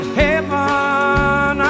heaven